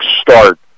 start